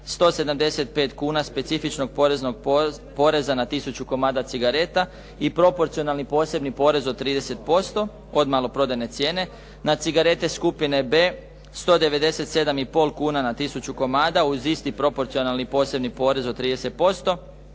175 kuna specifičnog poreznog poreza na 1000 komada cigareta i proporcionalni posebni porez od 30% od maloprodajne cijene na cigarete skupine B 197 i pol kuna na 1000 komada uz isti proporcionalni posebni porez od 30%